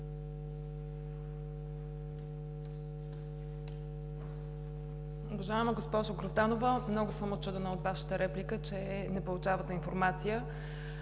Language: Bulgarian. Уважаема госпожо Грозданова, много съм учудена от Вашата реплика, че не получавате информация.